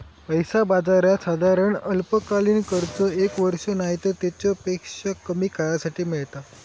पैसा बाजारात साधारण अल्पकालीन कर्ज एक वर्ष नायतर तेच्यापेक्षा कमी काळासाठी मेळता